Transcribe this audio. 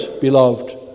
beloved